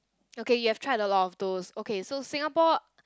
okay you have tried a lot of those okay so Singapore